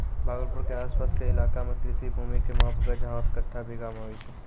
भागलपुर के आस पास के इलाका मॅ कृषि भूमि के माप गज, हाथ, कट्ठा, बीघा मॅ होय छै